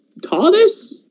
TARDIS